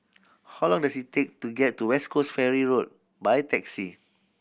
how long does it take to get to West Coast Ferry Road by taxi